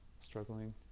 struggling